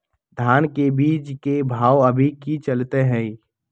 धान के बीज के भाव अभी की चलतई हई?